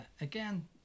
again